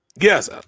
Yes